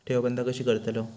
ठेव बंद कशी करतलव?